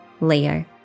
Leo